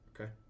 okay